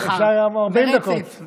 אפשר לדבר על זה גם 40 דקות.